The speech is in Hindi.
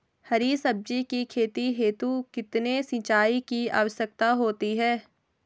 हरी सब्जी की खेती हेतु कितने सिंचाई की आवश्यकता होती है?